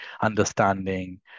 understanding